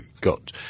got